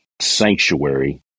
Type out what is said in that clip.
sanctuary